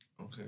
Okay